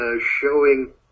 showing